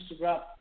Instagram